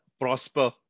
prosper